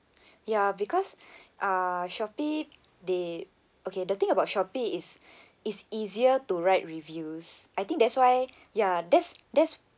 ya because uh shopee they okay the thing about shopee is it's easier to write reviews I think that's why ya that's that's